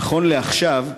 נכון לעכשיו,